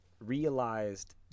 realized